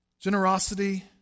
generosity